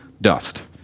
dust